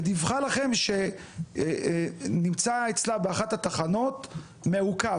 ודיווחה לכם שנמצא אצלה באחת התחנות מעוכב,